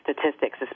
statistics